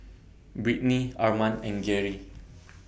Britny Arman and Geary